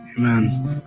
amen